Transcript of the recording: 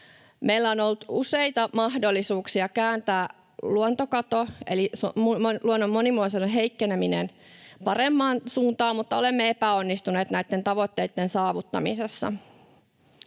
Meillä on ollut useita mahdollisuuksia kääntää luontokato eli luonnon monimuotoisuuden heikkeneminen parempaan suuntaan, mutta olemme epäonnistuneet näitten tavoitteitten saavuttamisessa.